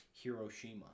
Hiroshima